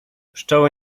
pszczoły